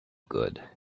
good